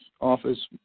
office